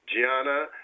Gianna